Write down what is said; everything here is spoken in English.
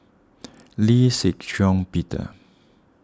Lee Shih Shiong Peter